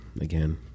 again